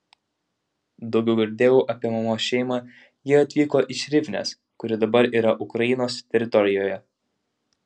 daugiau girdėjau apie mamos šeimą jie atvyko iš rivnės kuri dabar yra ukrainos teritorijoje